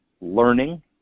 learning